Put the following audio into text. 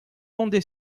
condé